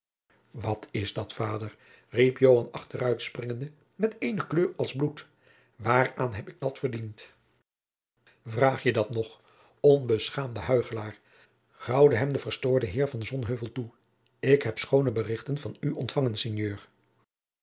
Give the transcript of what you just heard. wat is dat vader riep joan achteruit springende met eene kleur als bloed waaraan heb ik dat verdiend vraag je dat nog onbeschaamde huichelaar jacob van lennep de pleegzoon graauwde hem de verstoorde heer van sonheuvel toe ik heb schoone berichten van u ontfangen